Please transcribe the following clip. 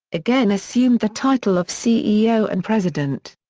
again assumed the title of ceo and president.